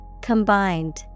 Combined